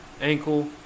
ankle